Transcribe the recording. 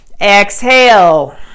exhale